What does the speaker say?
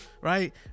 right